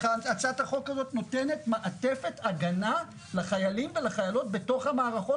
הצעת החוק הזאת נותנת מעטפת הגנה לחיילים ולחיילות בתוך המערכות